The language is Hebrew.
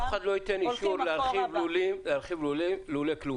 וגם --- אף אחד לא ייתן אישור להרחיב לולי כלובים.